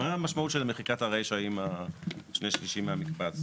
המנגנון בותמ"ל הוא שהולכים לממשלה עם הכרזה שבה כבר נקבע מספר יחידות